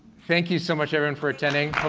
thank you so much, everyone for attending,